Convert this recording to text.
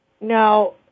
Now